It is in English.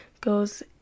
goes